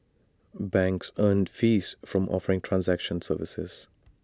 banks earn fees from offering transaction services